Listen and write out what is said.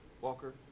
walker